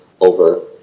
over